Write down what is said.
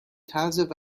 طرز